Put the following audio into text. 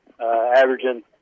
averaging